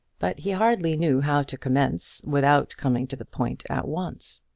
but he hardly knew how to commence without coming to the point at once.